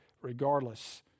regardless